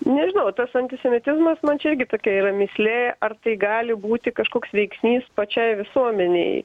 nežinau tas antisemitizmas man čia irgi tokia yra mįslė ar tai gali būti kažkoks veiksnys pačiai visuomenei